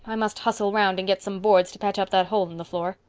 i must hustle round and get some boards to patch up that hole in the floor.